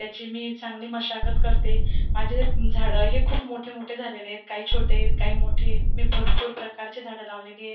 त्याची मी चांगली मशागत करते माझी झाडं हे खूप मोठे मोठे झालेलं आहेत काही छोटेत काही मोठे आहेत मी भरपूर प्रकाचे झाडं लावलेलं आहेत